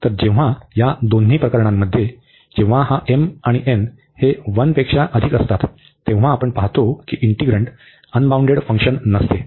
तर जेव्हा या दोन्ही प्रकरणांमध्ये जेव्हा हा आणि हे 1 पेक्षा अधिक असतात तेव्हा आपण पाहतो की इंटिग्रन्ड अनबाऊंडेड फंक्शन नसते